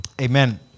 Amen